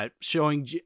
showing